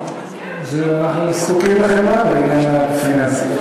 אנחנו זקוקים לחמלה בעניין הפיננסי.